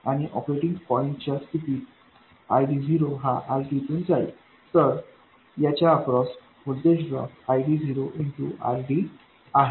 आणि ऑपरेटिंग पॉईंटच्या स्थितीत ID0 हा RD तून जाईल तर याच्या अक्रॉस व्होल्टेज ड्रॉप ID0RD आहे